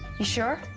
you sure?